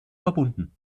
verbunden